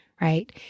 right